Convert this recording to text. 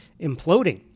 imploding